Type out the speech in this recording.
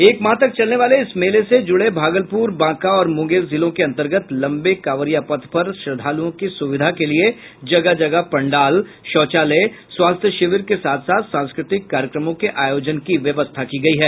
एक माह तक चलने वाले इस मेले से जुड़े भागलपुर बांका और मुंगेर जिलों के अन्तर्गत लंबे कांवरिया पथ पर श्रद्दालुओं की सुविधा के लिए जगह जगह पंडाल शौचालय स्वास्थ्य शिविर के साथ साथ सांस्कृतिक कार्यक्रमों के आयोजन की व्यवस्था की गई है